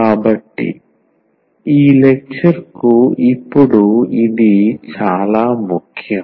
కాబట్టి ఈ లెక్చర్ కి ఇప్పుడు ఇది చాలా ముఖ్యం